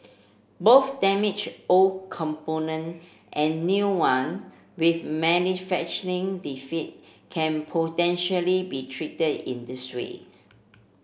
both damaged old component and new one with manufacturing defect can potentially be treated in this ways